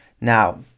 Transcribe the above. now